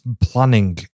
planning